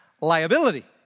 liability